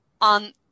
on